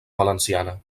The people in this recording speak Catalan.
valenciana